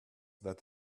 that